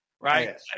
right